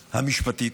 המשפטית.